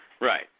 Right